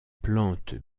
plantes